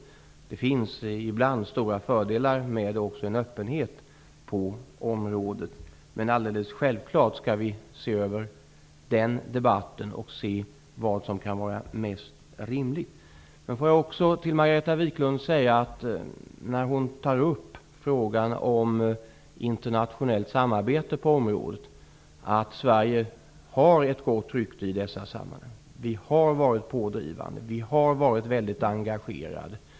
Ibland finns det också stora fördelar med en öppenhet på det här området. Men alldeles självklart skall vi se över den debatten och se vad som kan vara mest rimligt. Margareta Viklund tar upp frågan om ett internationellt samarbete på området. Då vill jag säga att Sverige har ett gott rykte i dessa sammanhang. Vi har varit pådrivande. Vi har varit väldigt engagerade.